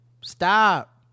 Stop